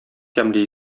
тәмле